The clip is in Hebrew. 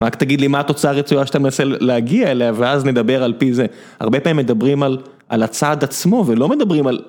רק תגיד לי מה התוצאה הרצועה שאתה מנסה להגיע אליה, ואז נדבר על פי זה. הרבה פעמים מדברים על הצעד עצמו ולא מדברים על...